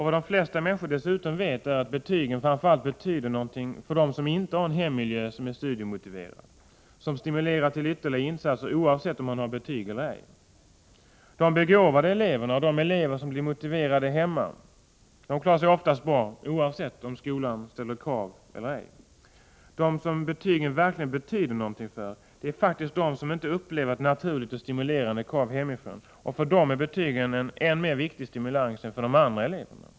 Vad de flesta människor dessutom vet är att betygen framför allt betyder någonting för dem som inte har en hemmiljö som är studiemotiverad, som stimulerar till ytterligare insatser oavsett om man har betyg eller ej. De begåvade eleverna och de elever som blir motiverade hemma klarar sig oftast bra, oavsett om skolan ställer krav eller ej. De som betygen verkligen betyder någonting för, det är faktiskt de som inte upplever ett naturligt och stimulerande krav hemifrån. För dem är betygen en än mer viktig stimulans än för de andra eleverna.